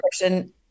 person